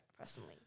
personally